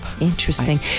Interesting